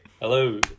Hello